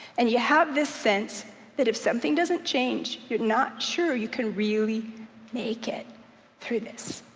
and you have this sense that if something doesn't change, you're not sure you can really make it through this.